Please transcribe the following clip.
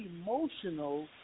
emotional